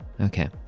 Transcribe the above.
Okay